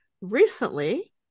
Recently